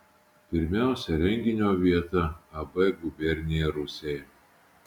pirmiausia renginio vieta ab gubernija rūsiai